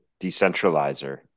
decentralizer